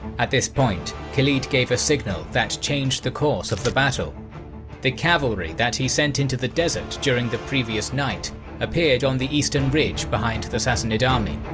at this point, khalid gave a signal that changed the course of battle the cavalry that he sent into the desert during the previous night appeared on the eastern ridge behind the sassanid army.